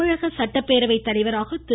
தமிழக சட்டப்பேரவைத் தலைவராக திரு